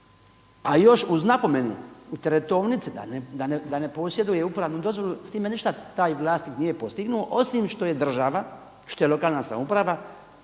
se ne razumije./… da ne posjeduje upravnu dozvolu s time ništa taj vlasnik nije postignuo, osim što je država, što je lokalna samouprava,